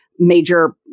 major